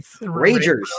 ragers